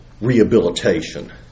rehabilitation